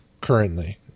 currently